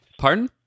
Pardon